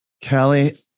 Kelly